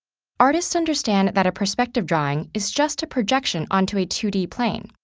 artists understand that a perspective drawing is just a projection onto a two d plane.